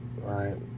right